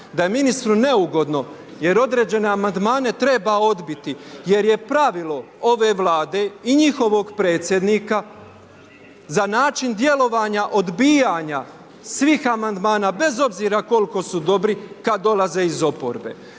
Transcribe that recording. da je ministru neugodno, jer određene amandmane treba odbiti. Jer je pravilo ove vlade i njihovog predsjednika, za način djelovanja odbijanja svih amandmana, bez obzira koliko su dobri kada dolaze iz oporbe.